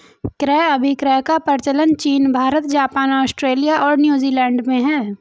क्रय अभिक्रय का प्रचलन चीन भारत, जापान, आस्ट्रेलिया और न्यूजीलैंड में है